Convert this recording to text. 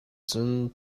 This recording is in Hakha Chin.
cun